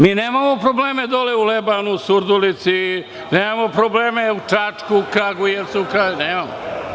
Mi nemamo problema u Lebanu, Surdulici, nemamo probleme u Čačku, Kragujevcu, nemamo.